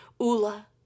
Ula